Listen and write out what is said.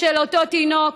של אותו תינוק,